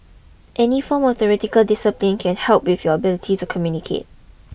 any form of theatrical discipline can help with your ability to communicate